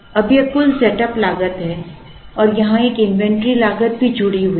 अब यह कुल सेटअप लागत है और यहां एक इन्वेंट्री लागत भी जुड़ी हुई है